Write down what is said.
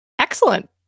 Excellent